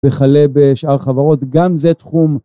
וכלה בשאר חברות, גם זה תחום.